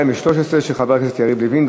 התשע"ד 2013, של חבר הכנסת יריב לוין.